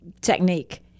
technique